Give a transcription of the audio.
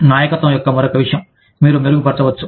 నాయకత్వం యొక్క మరొక విషయం మీరు మెరుగుపరచవచ్చు